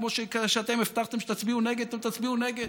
כמו שכשאתם הבטחתם שתצביעו נגד אתם תצביעו נגד.